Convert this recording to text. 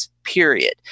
period